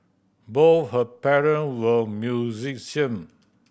both her parent were musician